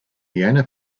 fiona